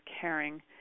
caring